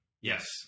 Yes